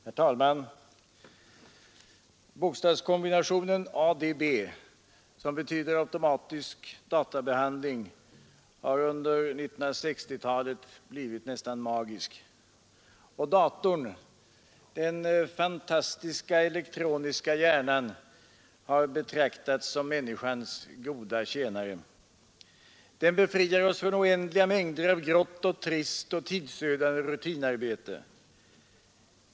Herr talman! Bokstavskombinationen ADB, som betyder automatisk databehandling, har under 1960-talet blivit nästan magisk. Och datorn — den fantastiska elektroniska hjärnan — har betraktats som människans goda tjänare. Den befriar oss från oändliga mängder av grått, trist och tidsödande rutinarbete.